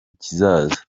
kizaza